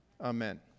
Amen